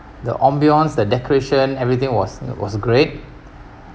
the ambience the decoration everything was was great